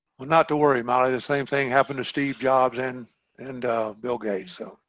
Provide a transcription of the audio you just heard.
well not to worry molly the same thing happened to steve jobs and and bill gates so